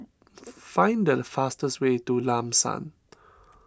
find the fastest way to Lam San